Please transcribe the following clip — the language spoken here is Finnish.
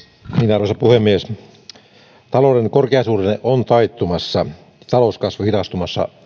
arvoisa puhemies talouden korkeasuhdanne on taittumassa talouskasvu hidastumassa